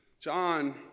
john